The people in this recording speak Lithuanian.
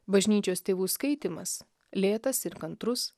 bažnyčios tėvų skaitymas lėtas ir kantrus